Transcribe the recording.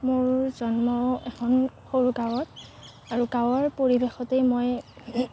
মোৰ জন্ম এখন সৰু গাঁৱত আৰু গাঁৱৰ পৰিৱেশতেই মই